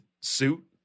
suit